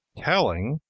telling?